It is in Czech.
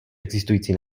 existující